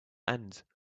end